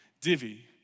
Divi